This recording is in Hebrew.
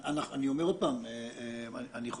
אני אומר עוד פעם, להגיד: